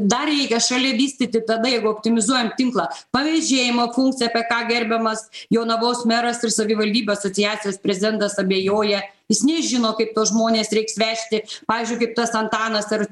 dar reikia šalia vystyti tada jeigu optimizuojant tinklą pavėžėjimo funkciją apie ką gerbiamas jonavos meras ir savivaldybių asociacijos prezidentas abejoja jis nežino kaip tuos žmones reiks vežti pavyzdžiui kaip tas antanas ar